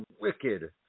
wicked